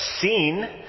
seen